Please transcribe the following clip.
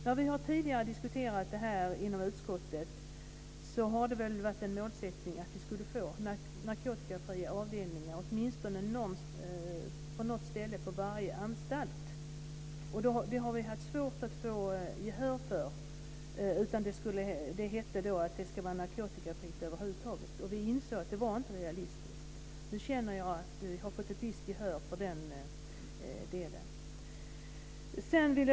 När vi tidigare har diskuterat detta i utskottet har målsättningen varit att få narkotikafria avdelningar åtminstone på något ställe på varje anstalt. Vi har haft svårt att få gehör för detta. Det har då hetat att det ska vara narkotikafritt överallt. Vi insåg att detta inte var realistiskt. Jag känner nu att jag i den delen har fått ett visst gehör.